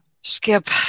Skip